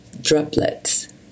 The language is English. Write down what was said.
droplets